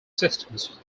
systems